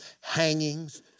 hangings